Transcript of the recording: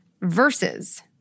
versus